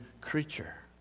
creature